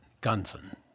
Gunson